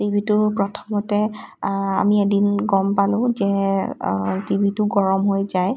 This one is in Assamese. টিভিটোৰ প্ৰথমতে আমি এদিন গম পালোঁ যে টিভিটো গৰম হৈ যায়